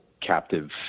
Captive